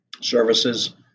services